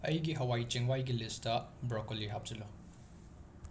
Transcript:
ꯑꯩꯒꯤ ꯍꯋꯥꯏ ꯆꯦꯡ ꯋꯥꯏꯒꯤ ꯂꯤꯁꯇ ꯕ꯭ꯔꯣꯀꯣꯂꯤ ꯍꯥꯞꯆꯜꯂꯨ